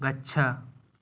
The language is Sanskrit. गच्छ